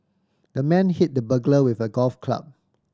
the man hit the burglar with a golf club